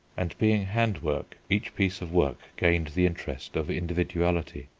and being handwork each piece of work gained the interest of individuality.